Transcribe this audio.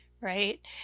right